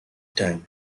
time